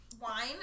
wine